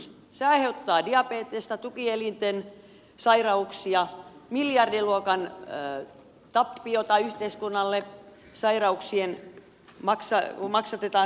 se aiheuttaa diabetesta tukielinten sairauksia miljardiluokan tappiota yhteiskunnalle kun maksatetaan sairauksia